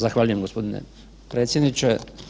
Zahvaljujem gospodine predsjedniče.